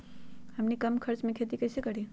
हमनी कम खर्च मे खेती कई से करी?